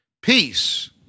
peace